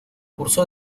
cursó